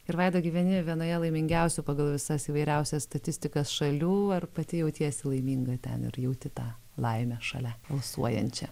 ir vaida gyveni vienoje laimingiausių pagal visas įvairiausias statistikas šalių ar pati jautiesi laiminga ten ir jauti tą laimę šalia alsuojančią